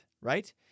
Right